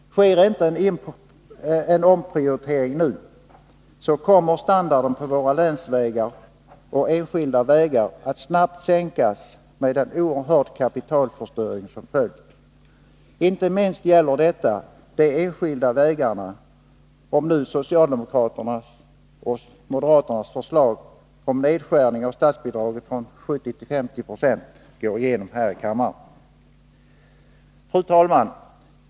Sker inte en omprioritering nu, kommer standarden på våra länsvägar och enskilda vägar att snabbt sänkas med en oerhörd kapitalförstöring som följd. Inte minst gäller detta de enskilda vägarna, om nu socialdemokraternas och moderaternas förslag om nedskärning av statsbidraget från 70 till 50 26 går igenom här i kammaren. Fru talman!